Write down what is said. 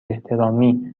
احترامی